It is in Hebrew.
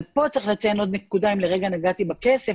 פה צריך לציין עוד נקודה אם לרגע נגעתי בכסף,